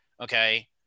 okay